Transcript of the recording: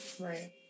Right